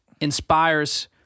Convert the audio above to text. inspires